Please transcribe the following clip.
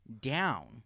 down